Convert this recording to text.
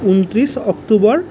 ঊনত্ৰিছ অক্টোবৰ